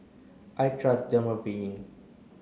I trust Dermaveen